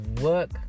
work